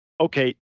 okay